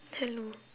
hello